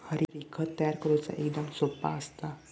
हरी, खत तयार करुचा एकदम सोप्पा असता